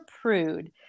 prude